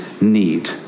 need